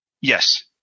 Yes